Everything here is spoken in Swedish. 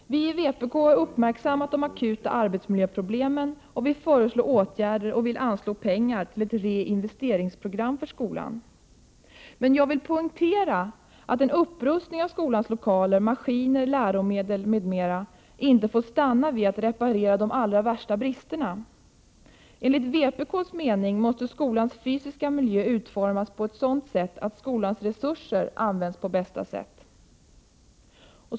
Vi i vpk har uppmärksammat de akuta 95 Prot. 1988/89:104 arbetsmiljöproblemen, vi föreslår åtgärder, och vi vill anslå pengar till ett reinvesteringsprogram för skolan. Jag vill poängtera att en upprustning när det gäller skolans lokaler, maskiner och läromedel m.m. inte får stanna vid att man reparerar de allra värsta bristerna. Enligt vpk:s mening måste skolans fysiska miljö utformas så, att skolans resurser används på bästa sätt.